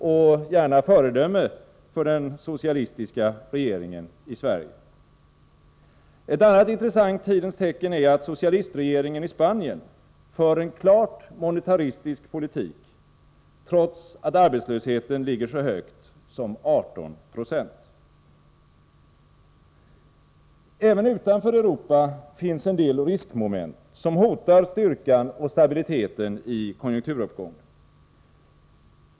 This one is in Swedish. Och gärna föredöme för den socialistiska regeringen i Sverige! Ett annat intressant tidens tecken är att socialistregeringen i Spanien för en klart monetaristisk politik, trots att arbetslösheten ligger så högt som på 18 96. Även utanför Europa finns en del riskmoment, som hotar styrkan och stabiliteten i konjunkturuppgången.